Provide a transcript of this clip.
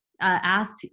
asked